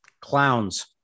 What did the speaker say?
Clowns